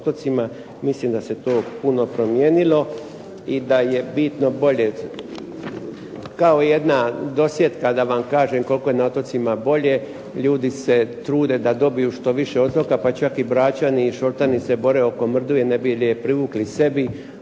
Mislim da se to puno promijenilo i da je bitno bolje, kao jedna dosjetka da vam kažem koliko je na otocima bolje. Ljudi se trude da dobiju što više otoka pa čak i Bračani i Šoltani se bore oko … /Govornik se ne razumije./